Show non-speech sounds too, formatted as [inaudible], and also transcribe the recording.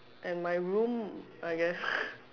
and my room I guess [laughs]